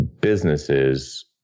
businesses